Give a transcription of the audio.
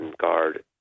guard